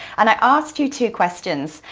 and i asked you two questions,